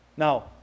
Now